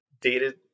dated